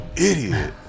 Idiot